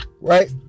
Right